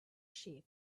sheep